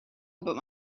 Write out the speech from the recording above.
about